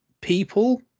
people